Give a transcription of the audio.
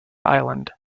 island